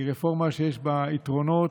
היא רפורמה שיש בה יתרונות,